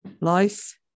life